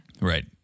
Right